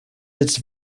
its